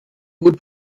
gut